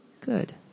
Good